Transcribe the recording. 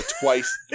twice